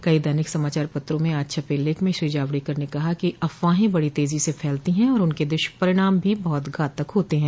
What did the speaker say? कई दैनिक समाचार पत्रों में आज छपे लेख में श्री जावड़ेकर ने कहा है कि अफवाहें बड़ी तेजी से फलती हैं और उनके दुष्परिणाम भी बहुत घातक होते हैं